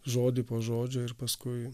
žodį po žodžio ir paskui